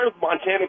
Montana